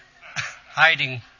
hiding